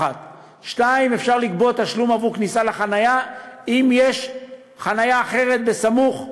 2. אפשר לגבות תשלום עבור כניסה לחניה אם יש חניה אחרת בסמוך,